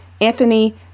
Anthony